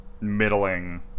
middling